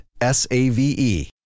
S-A-V-E